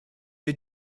wir